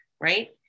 right